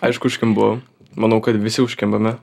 aišku užkimbu manau kad visi užkimbame